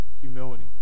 humility